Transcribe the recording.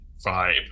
vibe